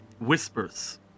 whispers